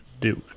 Duke